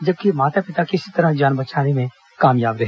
जबकि माता पिता किसी तरह जान बचाने में कामयाब रहे